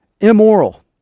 Immoral